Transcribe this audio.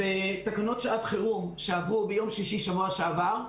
בתקנות שעת חירום שעברו ביום שישי שבוע שעבר,